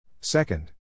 Second